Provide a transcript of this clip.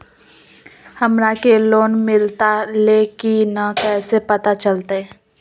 हमरा के लोन मिलता ले की न कैसे पता चलते?